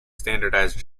standardized